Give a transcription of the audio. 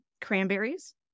cranberries